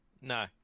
No